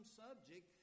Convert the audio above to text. subject